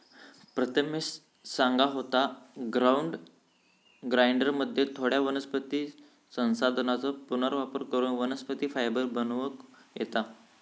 प्रथमेश सांगा होतो, ग्राउंड ग्राइंडरमध्ये थोड्या वनस्पती संसाधनांचो पुनर्वापर करून वनस्पती फायबर बनवूक येता